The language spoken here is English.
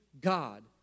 God